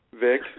Vic